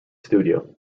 studio